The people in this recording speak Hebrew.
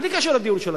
בלי קשר לדיון של היום.